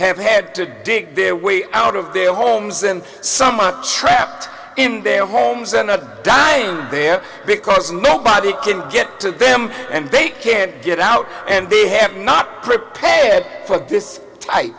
have had to dig their way out of their homes and some up trapped in their homes and not dying there because nobody can get to them and they can't get out and they have not prepared for this type